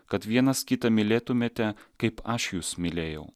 kad vienas kitą mylėtumėte kaip aš jus mylėjau